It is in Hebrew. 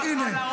מיקי לוי,